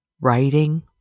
writing